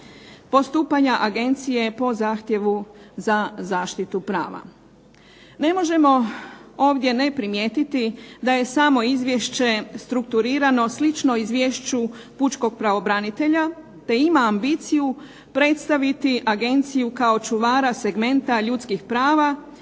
Postupanja Agencije po zahtjevu za zaštitu prava. Ne možemo ovdje ne primijeniti da je samo izvješće strukturirano slično izviješću Pučkog pravobranitelja te ima ambiciju predstaviti agenciju kao čuvara segmenta ljudskih prava